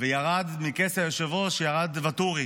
ומכס היושב-ראש ירד ואטורי.